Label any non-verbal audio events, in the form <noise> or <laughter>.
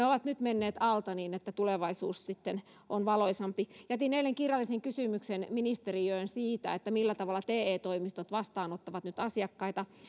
<unintelligible> ovat nyt menneet alta niin tulevaisuus sitten on valoisampi jätin eilen kirjallisen kysymyksen ministeriöön siitä millä tavalla te toimistot vastaanottavat nyt asiakkaita